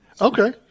Okay